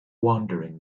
wandering